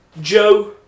Joe